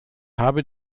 habe